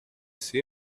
see